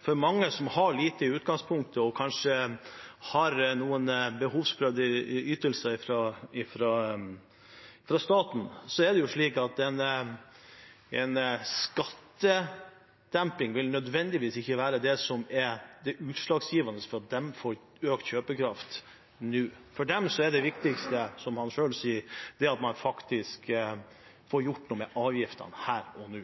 for mange som har lite i utgangspunktet og kanskje har noen behovsprøvde ytelser fra staten, er det slik at en skattedemping ikke nødvendigvis vil være det som er utslagsgivende for at de får økt kjøpekraft nå. For dem er det viktigste – som han selv sa – at man faktisk får gjort noe med avgiftene her og nå.